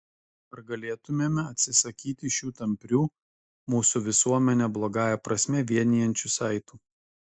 ar galėtumėme atsisakyti šių tamprių mūsų visuomenę blogąją prasme vienijančių saitų